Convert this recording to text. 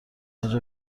اینجا